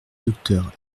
docteur